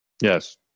yes